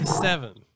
Seven